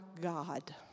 God